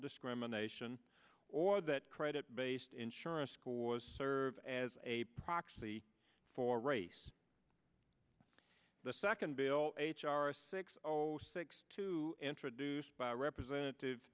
discrimination or that credit based insurance co was serve as a proxy for race the second bill h r six zero six two introduced by representative